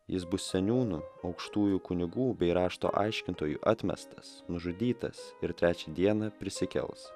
jis bus seniūnų aukštųjų kunigų bei rašto aiškintojų atmestas nužudytas ir trečią dieną prisikels